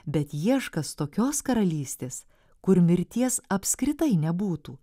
bet ieškąs tokios karalystės kur mirties apskritai nebūtų